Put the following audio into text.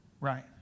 Right